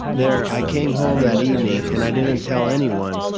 there. i came home that evening, and i didn't tell anyone,